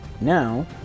now